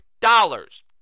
dollars